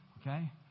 Okay